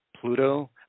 Pluto